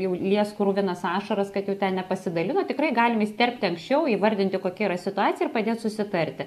jau lies kruvinas ašaras kad jau ten nepasidalino tikrai galim įsiterpti anksčiau įvardinti kokia yra situacija ir padėt susitarti